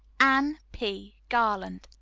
anne p. garland.